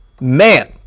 man